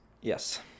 Yes